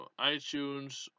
iTunes